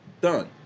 Done